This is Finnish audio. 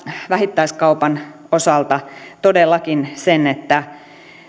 vähittäiskaupan osalta todellakin sen että